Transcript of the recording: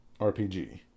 rpg